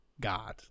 God